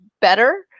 better